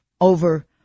over